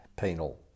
penal